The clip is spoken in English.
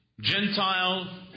Gentile